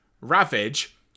Ravage